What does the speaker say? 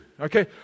Okay